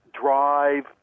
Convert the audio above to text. drive